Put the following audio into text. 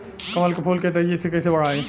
कमल के फूल के तेजी से कइसे बढ़ाई?